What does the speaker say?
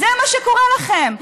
זה מה שקורה לכם.